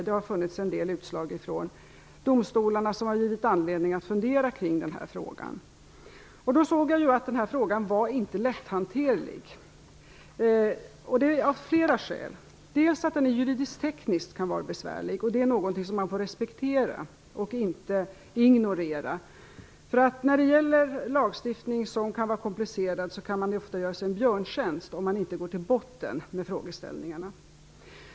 Det har funnits en del utslag från domstolarna som har givit oss anledning att fundera kring frågan. Jag såg då att frågan inte var lätthanterlig, och det av flera skäl. Frågan kan vara besvärlig rent juridisk-tekniskt. Det är någonting som man får respektera och inte ignorera. När det gäller lagstiftning som kan vara komplicerad kan man ofta göra sig en björntjänst om man inte går till botten med frågeställningarna.